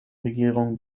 regierung